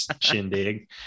shindig